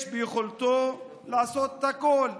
יש ביכולתו לעשות הכול,